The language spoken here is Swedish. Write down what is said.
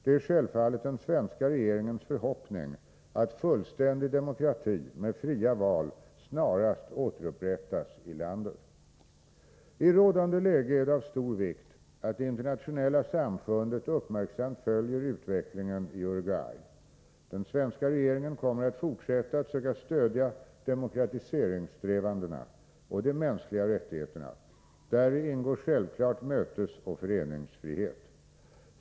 Det är självfallet den svenska regeringens förhoppning att fullständig demokrati med fria val snarast återupprättas i landet. I rådande läge är det av stor vikt att det internationella samfundet uppmärksamt följer utvecklingen i Uruguay. Den svenska regeringen kommer att fortsätta att söka stödja demokratiseringssträvandena och de mänskliga rättigheterna. Däri ingår självfallet mötesoch föreningsfrihet.